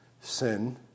sin